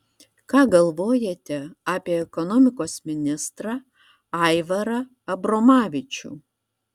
ką galvojate apie ekonomikos ministrą aivarą abromavičių